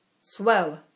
Swell